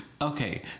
Okay